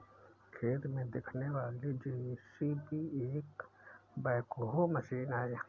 खेत में दिखने वाली जे.सी.बी एक बैकहो मशीन है